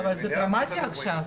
אבל זה דרמטי עכשיו,